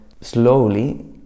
slowly